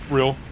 Real